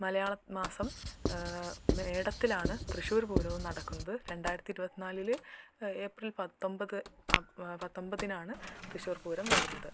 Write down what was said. മലയാളമാസം മേടത്തിലാണ് തൃശ്ശൂർ പൂരവും നടക്കുന്നത് രണ്ടയിരത്തി ഇരുപത്തി നാലിൽ ഏപ്രിൽ പത്തൊൻപത് പത്തൊൻപതിനാണ് പൂരം വരുന്നത്